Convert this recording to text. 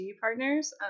Partners